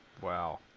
wow